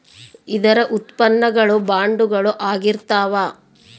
ಇದರ ಉತ್ಪನ್ನ ಗಳು ಬಾಂಡುಗಳು ಆಗಿರ್ತಾವ